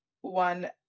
one